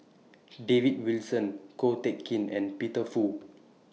David Wilson Ko Teck Kin and Peter Fu